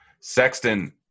Sexton